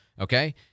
okay